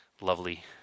lovely